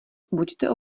buďte